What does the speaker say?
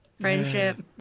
Friendship